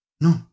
no